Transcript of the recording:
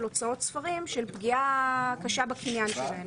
הוצאות ספרים על פגיעה קשה בקניין שלהם.